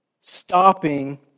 stopping